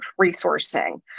resourcing